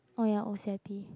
oh ya O C_I_P